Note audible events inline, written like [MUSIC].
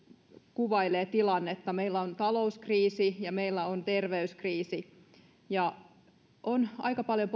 kuvailee tilannetta meillä on talouskriisi ja meillä on terveyskriisi on aika paljon [UNINTELLIGIBLE]